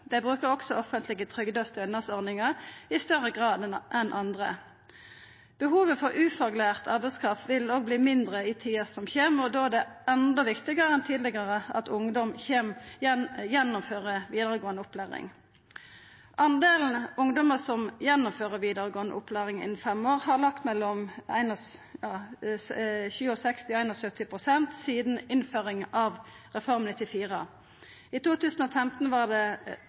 Dei brukar også offentlege trygde- og stønadsordningar i større grad enn andre. Behovet for ufaglærd arbeidskraft vil òg verta mindre i tida som kjem. Då er det enda viktigare enn tidlegare at ungdom gjennomfører vidaregåande opplæring. Delen ungdom som gjennomfører vidaregåande opplæring på fem år, har lege mellom 67 pst. og 71 pst. sidan innføringa av Reform 94. I 2015 var det